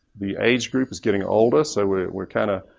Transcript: the age group is getting older. so we're we're kind of,